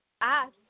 ask